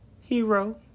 Hero